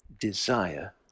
desire